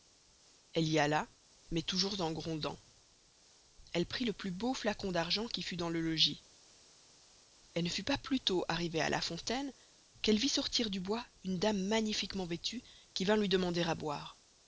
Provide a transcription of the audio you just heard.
elle y alla mais toûjours en grondant elle prit le plus beau flacon d'argent qui fut dans le logis elle ne fut pas plustost arrivée à la fontaine qu'elle vit sortir du bois une dame magnifiquement vestuë qui vint luy demander à boire